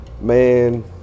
man